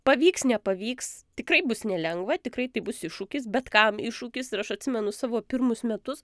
pavyks nepavyks tikrai bus nelengva tikrai tai bus iššūkis bet kam iššūkis ir aš atsimenu savo pirmus metus